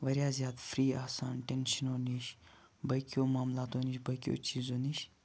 واریاہ زیاد فرٛی آسان ٹینٛشَنو نِش باقیو معاملاتو نِش باقیو چیٖزو نِش